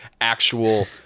actual